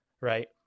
right